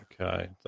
Okay